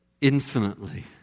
infinitely